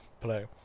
play